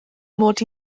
mod